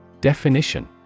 Definition